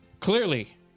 Clearly